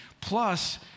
Plus